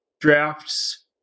drafts